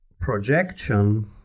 projection